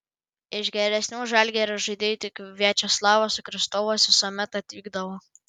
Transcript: iš geresnių žalgirio žaidėjų tik viačeslavas sukristovas visuomet atvykdavo